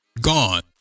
gone